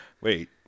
wait